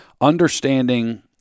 understanding